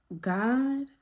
God